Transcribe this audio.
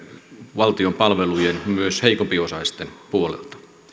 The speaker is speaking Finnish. valtion palveluihin myös heikompiosaisten puolelle muutamia